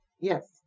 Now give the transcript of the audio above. Yes